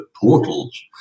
portals